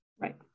right